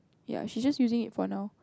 ya she just using it for now